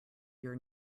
your